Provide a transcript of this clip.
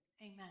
Amen